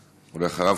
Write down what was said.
ואחריו,